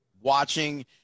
watching